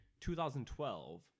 2012